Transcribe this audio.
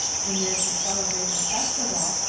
and there to celebrate the festival,